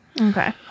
Okay